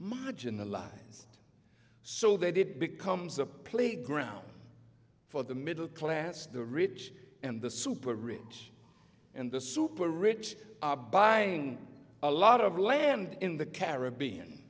marginalized so that it becomes a playground for the middle class the rich and the super rich and the super rich are buying a lot of land in the caribbean